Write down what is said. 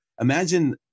imagine